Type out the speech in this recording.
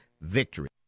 VICTORY